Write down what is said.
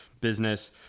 business